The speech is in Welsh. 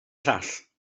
llall